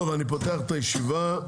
אני פותח את הישיבה,